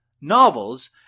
novels